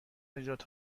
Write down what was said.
نژاد